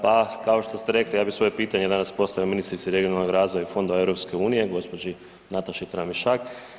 Pa kao što ste rekli, ja bih svoje pitanje danas postavio ministrici regionalnog razvoja i fondova EU, gđi. Nataši Tramišak.